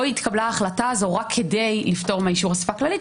לא התקבלה ההחלטה הזו רק כדי לפטור מאישור אסיפה כללית,